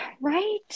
Right